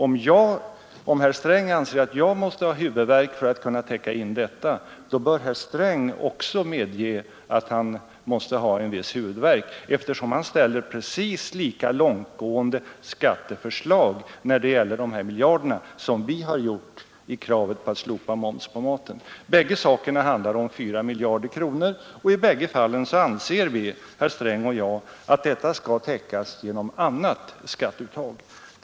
Om herr Sträng anser att jag måste ha huvudvärk för att kunna täcka in dessa 4 miljarder kronor bör herr Sträng medge att han också måste ha en viss huvudvärk, eftersom han ställer precis lika långtgående skatteförslag när det gäller de här miljarderna som vi har gjort i kravet på slopande av moms på mat. I bägge fallen handlar det om 4 miljarder kronor, och i bägge fallen anser vi — herr Sträng och jag — att bortfallet skall täckas genom annat skatteuttag.